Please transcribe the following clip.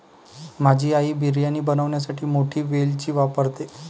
माझी आई बिर्याणी बनवण्यासाठी मोठी वेलची वापरते